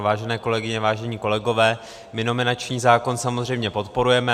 Vážené kolegyně, vážení kolegové, my nominační zákon samozřejmě podporujeme.